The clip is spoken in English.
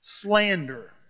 Slander